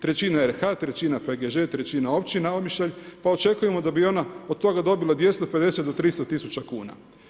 Trećina RH, trećina PGŽ, trećina općina Omišalj, pa očekujemo da bi ona od toga dobila 250-300 tisuća kuna.